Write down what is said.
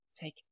Take